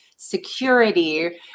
security